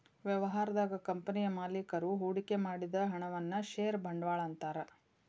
ವ್ಯವಹಾರದಾಗ ಕಂಪನಿಯ ಮಾಲೇಕರು ಹೂಡಿಕೆ ಮಾಡಿದ ಹಣವನ್ನ ಷೇರ ಬಂಡವಾಳ ಅಂತಾರ